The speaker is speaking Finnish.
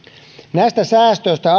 näistä säästöistä